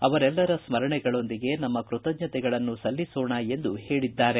ಅವರೆಲ್ಲರ ಸ್ಮರಣೆಗಳೊಂದಿಗೆ ನಮ್ಮ ಕೃತಜ್ಞತೆಗಳನ್ನು ಸಲ್ಲಿಸೋಣ ಎಂದು ಹೇಳಿದ್ದಾರೆ